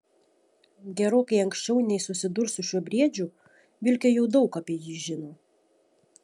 gerokai anksčiau nei susidurs su šiuo briedžiu vilkė jau daug apie jį žino